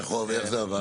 איך זה עבד?